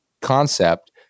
concept